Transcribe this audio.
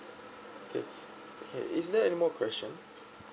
okay okay is there any more questions